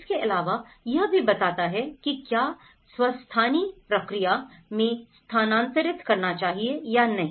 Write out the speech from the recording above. इसके अलावा यह भी बताता है कि क्या स्वस्थानी प्रक्रिया में स्थानांतरित करना चाहिए या नहीं